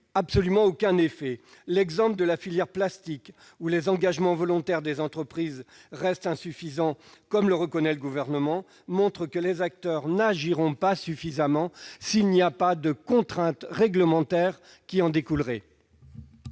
produit aucun effet. L'exemple de la filière plastique où les engagements volontaires des entreprises restent insuffisants, comme le reconnaît le Gouvernement, montre que les acteurs n'agiront pas suffisamment s'il n'y a pas de contrainte réglementaire. Quel est